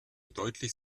deutlich